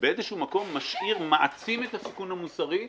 באיזשהו מקום מעצים את הסיכון המוסרי,